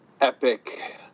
epic